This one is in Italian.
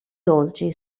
dolci